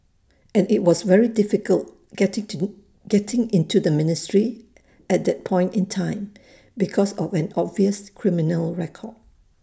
and IT was very difficult getting into getting into the ministry at that point in time because of an obvious criminal record